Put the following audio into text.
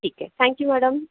ठीक आहे thank you madam